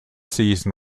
season